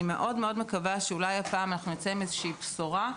אני מקווה מאוד-מאוד שאולי הפעם אנחנו נצא עם איזושהי בשורה,